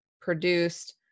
produced